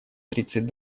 тридцать